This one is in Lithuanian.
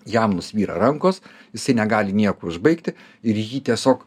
jam nusvyra rankos jisai negali nieko užbaigti ir jį tiesiog